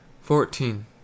Fourteen